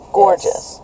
gorgeous